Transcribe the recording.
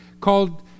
called